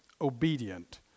obedient